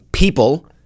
People